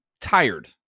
tired